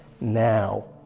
now